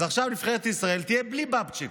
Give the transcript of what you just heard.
אז עכשיו נבחרת ישראל תהיה בלי בבצ'יק.